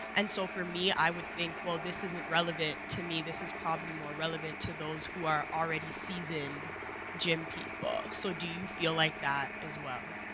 and so for me, i would think, well this isn't relevant to me. this is probably more relevant to those who are already seasoned gym people. so do you feel like that as well?